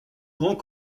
grands